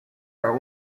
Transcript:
are